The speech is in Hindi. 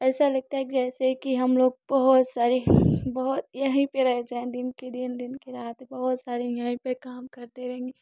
ऐसा लगता है जैसे कि हम लोग बहुत सारी हम लोग यहीं पे रह जायें दिन के दिन रात के रात बहुत सारी यहीं पे काम करते रहें